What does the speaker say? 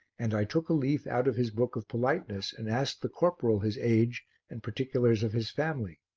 and i took a leaf out of his book of politeness and asked the corporal his age and particulars of his family,